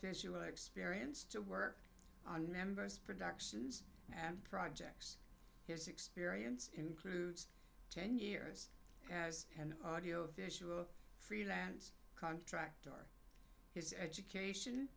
visual experience to work on members productions and projects his experience includes ten years as an audio visual freelance contractor his education